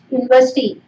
university